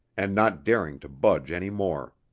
and not daring to budge any more.